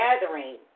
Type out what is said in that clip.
gathering